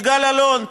יגאל אלון,